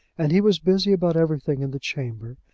and he was busy about everything in the chamber,